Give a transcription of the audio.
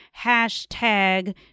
Hashtag